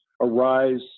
arise